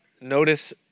Notice